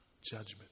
judgment